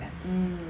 mm